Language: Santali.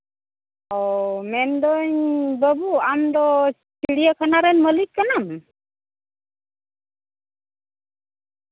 ᱚᱻ ᱢᱮᱱᱫᱟᱹᱧ ᱵᱟᱵᱩ ᱟᱢ ᱫᱚ ᱪᱤᱲᱤᱭᱟᱹᱠᱷᱟᱱᱟ ᱨᱮᱱ ᱢᱟᱹᱞᱤᱠ ᱠᱟᱱᱟᱢ